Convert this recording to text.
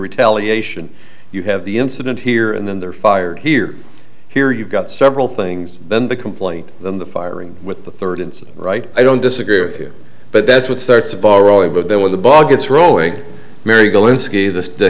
retaliation you have the incident here and then they're fired here here you've got several things then the complaint then the firing with the third incident right i don't disagree with you but that's what starts a ball rolling but then when the bug gets rolling mary